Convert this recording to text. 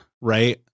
right